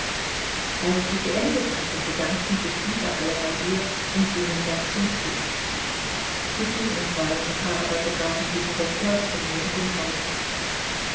als sie geendet hatte bedankten sich wieder alle bei ihr und gingen dann zum tee kitty und warjenka aber begaben sich in das gärtchen neben dem hause